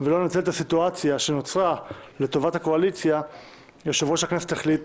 ולא לנצל את הסיטואציה שנוצרה לטובת הקואליציה יושב-ראש הכנסת החליט